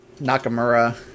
Nakamura